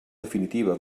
definitiva